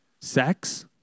Sex